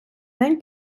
день